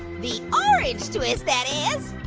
the orange twist that is.